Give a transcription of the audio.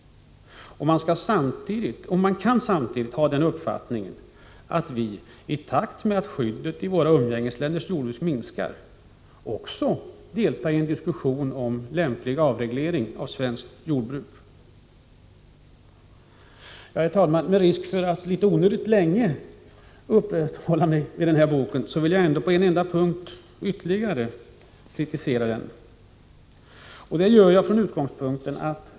Man kan samtidigt ha den uppfattningen att vi — i takt med att skyddet i våra umgängesländers jordbruk minskar — också deltar i en diskussion om en lämplig avreglering av svenskt jordbruk. Herr talman! Med risk för att onödigt länge uppehålla mig vid denna bok, vill jag ändå på ytterligare en punkt kritisera den.